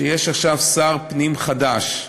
שיש עכשיו שר פנים חדש,